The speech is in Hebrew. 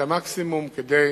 את המקסימום כדי